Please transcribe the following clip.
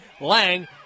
Lang